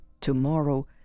Tomorrow